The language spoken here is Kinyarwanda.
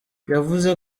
yavuze